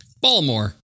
Baltimore